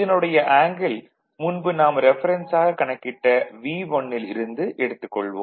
இதனுடைய ஆங்கிள் முன்பு நாம் ரெஃபரென்ஸாகக் கணக்கிட்ட V1 ல் இருந்து எடுத்துக் கொள்வோம்